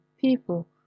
people